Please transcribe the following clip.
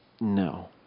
No